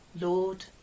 Lord